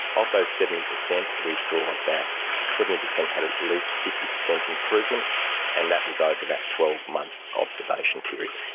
of those seventy percent, we saw that seventy percent had at least fifty percent improvement and that was over that twelve month observation period.